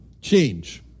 change